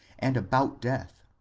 and about death.